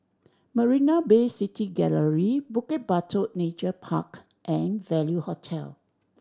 Marina Bay City Gallery Bukit Batok Nature Park and Value Hotel